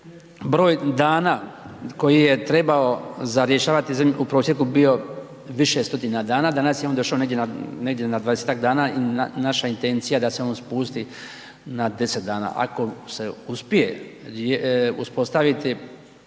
broj dana koji je trebao za rješavati u prosjeku bio više stotina dana, danas je on došao negdje, negdje na 20 dana i naša intencija da se on spusti na 10 dana, ako se uspije uspostaviti